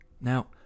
Now